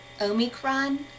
Omicron